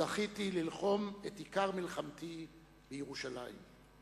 זכיתי ללחום את עיקר מלחמתי בירושלים.